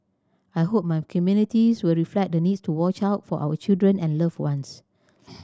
I hope my communities will reflect the needs to watch out for our children and loved ones